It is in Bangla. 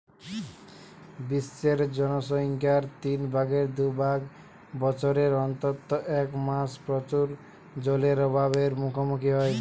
বিশ্বের জনসংখ্যার তিন ভাগের দু ভাগ বছরের অন্তত এক মাস প্রচুর জলের অভাব এর মুখোমুখী হয়